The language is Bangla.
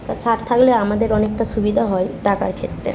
তা ছাড় থাকলে আমাদের অনেকটা সুবিধা হয় টাকার ক্ষেত্রে